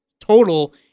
Total